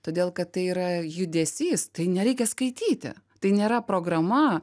todėl kad tai yra judesys tai nereikia skaityti tai nėra programa